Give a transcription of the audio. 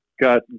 got